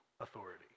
authority